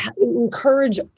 encourage